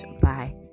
bye